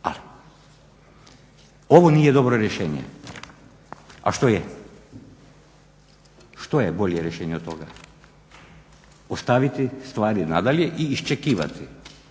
Ali ovo nije dobro rješenje, a što je, što je bolje rješenje od toga? Ostaviti stvari nadalje i iščekivati?